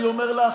אני אומר לך,